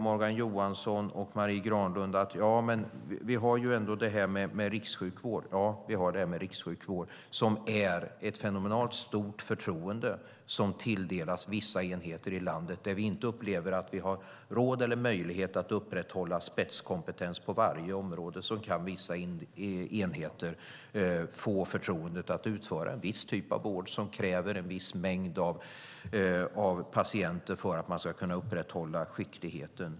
Morgan Johansson och Marie Granlund säger att vi har rikssjukvården. Ja, vi har rikssjukvården. Det är ett fenomenalt stort förtroende som tilldelas vissa enheter i landet. När vi upplever att vi inte har råd eller möjlighet att upprätthålla spetskompetens på varje område kan vissa enheter få förtroendet att utföra en viss typ av vård som kräver en viss mängd patienter för att man ska kunna upprätthålla skickligheten.